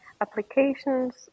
applications